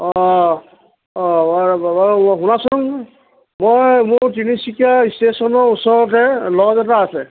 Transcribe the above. অঁ অঁ মই মোৰ তিনিচুকীয়া ষ্টেশ্যনৰ ওচৰতে ল'জ এটা আছে